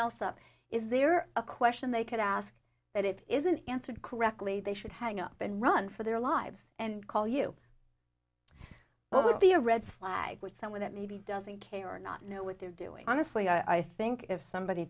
up is there a question they could ask that it isn't answered correctly they should hang up and run for their lives and call you that would be a red flag with someone that maybe doesn't care or not know what they're doing honestly i think if somebody